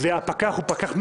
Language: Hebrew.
והפקח הוא פקח מסייע,